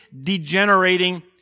degenerating